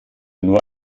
nur